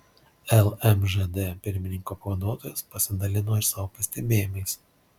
lmžd pirmininko pavaduotojas pasidalino ir savo pastebėjimais